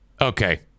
Okay